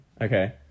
Okay